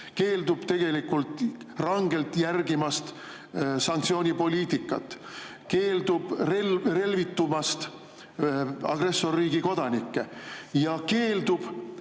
keeldub rangelt järgimast sanktsioonipoliitikat, keeldub relvitustamast agressorriigi kodanikke ja keeldub